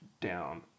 down